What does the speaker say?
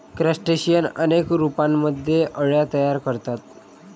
crustacean अनेक रूपांमध्ये अळ्या तयार करतात